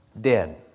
dead